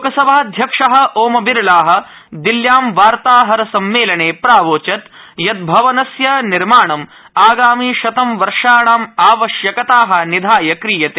लोकसभाध्यक्ष ओम बिरला दिल्ल्यां वार्ताहरसम्मेलने प्रावोचत् यत् भवनस्य निर्माणम् आगामि शतं वर्षाणाम् आवश्यकता निधाय क्रियते